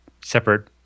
separate